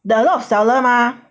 there are a lot of seller 吗